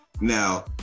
Now